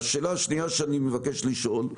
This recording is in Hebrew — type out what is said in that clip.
השאלה השנייה שאני מבקש לשאול: